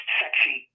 sexy